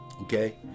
okay